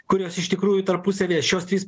kurios iš tikrųjų tarpusavyje šios trys